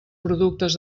productes